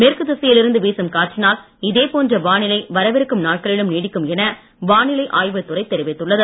மேற்கு திசையில் இருந்து வீசும் காற்றினால் இதே போன்ற வானிலை வரவிருக்கும் நாட்களிலும் நீடிக்கும் என வானிலை ஆய்வுத்துறை தெரிவித்துள்ளது